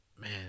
man